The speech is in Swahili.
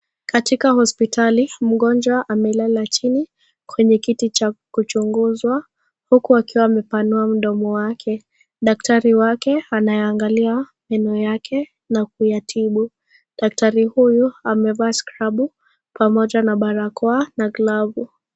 Katika hospitali, mgonjwa amelala chini kwenye kiti cha ku chunguzwa, huku akiwa amepanua mdomo wake, daktari wake anaangalia meno yake na kuyatibu daktari huyu amevaa sckrabu pamoja na barakoa na glavu.